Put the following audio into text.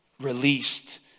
released